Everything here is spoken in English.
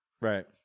Right